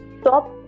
stop